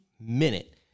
minute